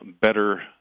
better